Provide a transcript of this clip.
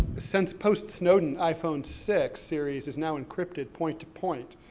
since post-snowden, iphone six series is now encrypted point to point.